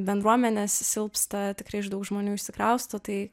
bendruomenės silpsta tikrai iš daug žmonių išsikrausto tai